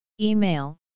Email